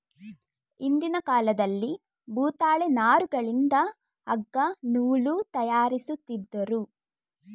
ಹಿಂದಿನ ಕಾಲದಲ್ಲಿ ಭೂತಾಳೆ ನಾರುಗಳಿಂದ ಅಗ್ಗ ನೂಲು ತಯಾರಿಸುತ್ತಿದ್ದರು